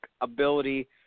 ability